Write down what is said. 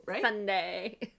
Sunday